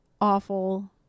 Awful